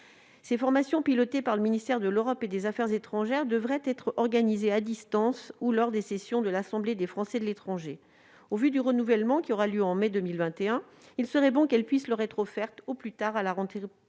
Ces formations, pilotées par le ministère de l'Europe et des affaires étrangères, devraient être organisées à distance ou lors des sessions de l'Assemblée des Français de l'étranger. Au vu du renouvellement qui aura lieu en mai 2021, il serait bon qu'elles puissent leur être offertes au plus tard à la rentrée